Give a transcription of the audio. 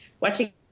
watching